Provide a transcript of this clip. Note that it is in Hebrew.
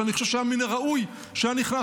שאני חושב שהיה מן הראוי שהיה נכנס.